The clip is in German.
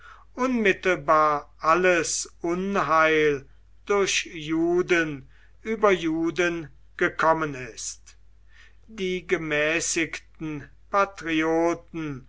unmittelbar alles unheil durch juden über juden gekommen ist die gemäßigten patrioten